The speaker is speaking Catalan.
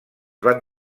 van